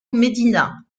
medina